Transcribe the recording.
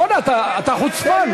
בוא הנה, אתה חוצפן.